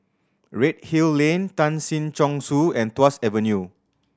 Redhill Lane Tan Si Chong Su and Tuas Avenue